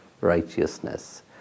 righteousness